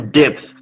depth